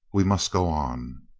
we must go on.